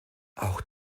auch